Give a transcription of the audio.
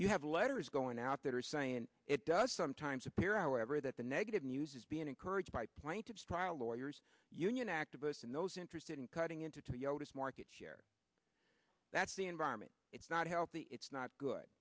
you have letters going out that are saying it does sometimes appear our ever that the negative news is being encouraged by plaintiffs trial lawyers union activists and those interested in cutting into toyota's market share that's the environment it's not healthy it's not good